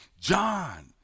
John